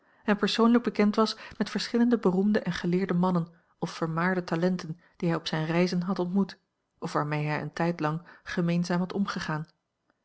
en persoonlijk bekend was met verschillende beroemde en geleerde mannen of vermaarde talenten die hij op zijne reizen had ontmoet of waarmee hij een tijdlang gemeenzaam had omgegaan